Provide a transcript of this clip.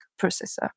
processor